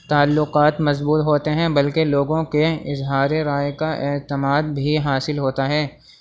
تعلقات مضبوط ہوتے ہیں بلکہ لوگوں کے اظہار رائے کا اعتماد بھی حاصل ہوتا ہے